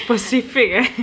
specific eh